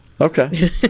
Okay